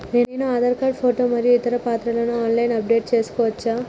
నేను Aadhaar card photo మరియు ఇతర పత్రాలను ఆన్ లైన్ అప్ డెట్ చేసుకోవచ్చా?